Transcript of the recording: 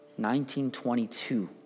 1922